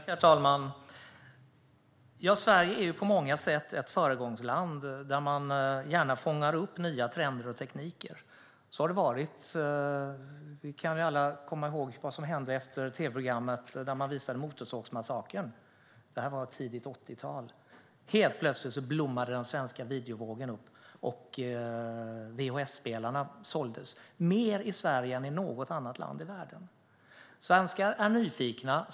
Herr talman! Sverige är på många sätt ett föregångsland, där man gärna fångar upp nya trender och tekniker; så har det varit. Vi kan alla komma ihåg vad som hände efter tv-programmet där man visade Motorsågsmassa kern . Detta var tidigt 80-tal. Helt plötsligt blommade den svenska videovågen upp, och vhs-spelarna såldes mer i Sverige än i något annat land i världen. Svenskar är nyfikna.